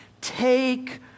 take